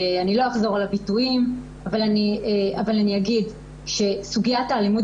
אני לא אחזור על הביטויים אבל אני אגיד שסוגיית האלימות